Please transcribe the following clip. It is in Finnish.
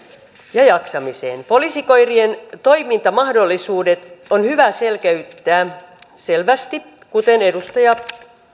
ja jaksamiseen poliisikoirien toimintamahdollisuudet on hyvä selkeyttää selvästi kuten edustaja